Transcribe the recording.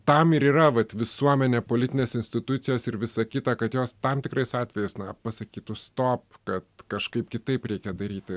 tam ir yra vat visuomenė politinės institucijos ir visa kita kad jos tam tikrais atvejais na pasakytų stop kad kažkaip kitaip reikia daryti